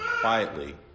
quietly